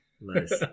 Nice